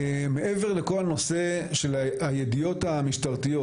מעבר לכל נושא הידיעות המשטרתיות,